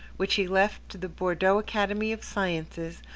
which he left to the bordeaux academy of sciences,